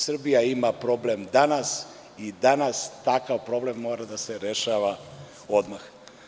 Srbija ima problem danas i danas takav problem mora da se rešava odmah.